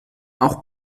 auch